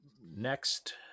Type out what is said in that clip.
next